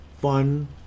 fun